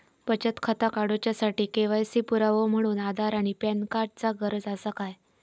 बचत खाता काडुच्या साठी के.वाय.सी पुरावो म्हणून आधार आणि पॅन कार्ड चा गरज आसा काय?